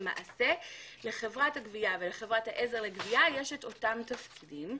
למעשה לחברת הגבייה ולחברת העזר לגבייה יש אותם תפקידים.